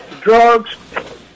drugs